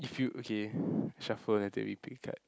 if you okay shuffle a little bit pick a card